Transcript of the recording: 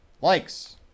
likes